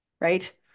right